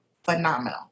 phenomenal